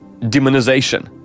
demonization